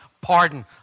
pardon